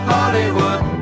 Hollywood